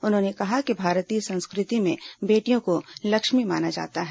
उन्होंने कहा कि भारतीय संस्कृति में बेटियों को लक्ष्मी माना जाता है